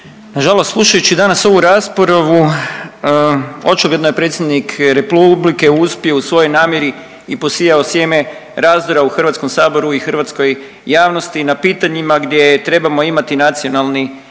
na žalost slušajući danas ovu raspravu očigledno je Predsjednik Republike uspio u svojoj namjeri i posijao sjeme razdora u Hrvatskom saboru i hrvatskoj javnosti na pitanjima gdje trebamo imati nacionalni